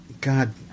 God